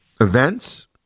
events